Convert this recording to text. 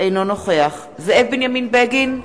אינו נוכח זאב בנימין בגין,